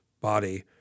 body